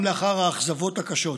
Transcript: גם לאחר האכזבות הקשות,